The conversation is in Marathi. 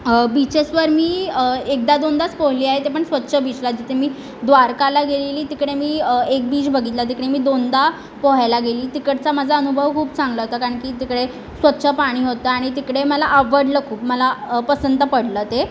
बीचेसवर मी एकदा दोनदाच पोहली आहे ते पण स्वच्छ बीचला जिथे मी द्वारकाला गेलेली तिकडे मी एक बीच बघितला तिकडे मी दोनदा पोहायला गेली तिकडचा माझा अनुभव खूप चांगला होता कारण की तिकडे स्वच्छ पाणी होतं आणि तिकडे मला आवडलं खूप मला पसंत पडलं ते